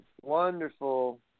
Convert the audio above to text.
wonderful